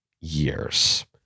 years